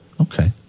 okay